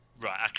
Right